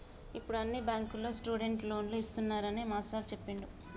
ఇప్పుడు అన్ని బ్యాంకుల్లో స్టూడెంట్ లోన్లు ఇస్తున్నారని మాస్టారు చెప్పిండు